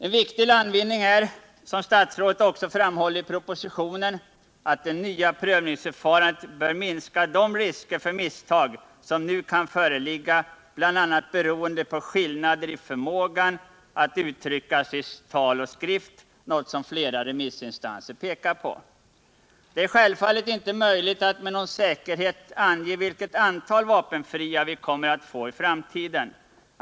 En viktig landvinning är — som statsrådet också framhåller i propositionen —att det nya prövningsförfarandet bör minska de risker för misstag som nu kan föreligga, bl.a. beroende på skillnader i förmågan att uttrycka sig i tal och skrift, något som flera remissinstanser pekat på. Det är självfallet inte möjligt att med någon säkerhet ange vilket antal vapenfria vi kommer att få i framtiden.